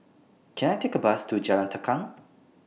Can I Take A Bus to Jalan Tukang